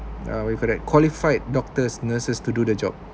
uh we correct qualified doctors nurses to do the job